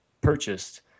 purchased